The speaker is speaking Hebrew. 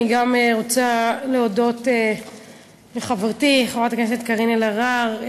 גם אני רוצה להודות לחברתי חברת הכנסת קארין אלהרר,